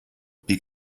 pick